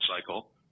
cycle